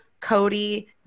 Cody